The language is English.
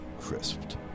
crisped